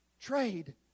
trade